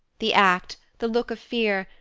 the act, the look of fear,